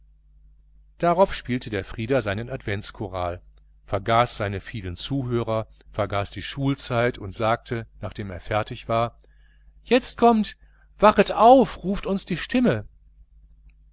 darauf spielte frieder seinen adventschoral vergaß seine vielen zuhörer vergaß die schulzeit und sagte nachdem er fertig war jetzt kommt wachet auf ruft uns die stimme